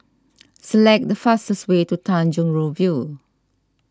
select the fastest way to Tanjong Rhu View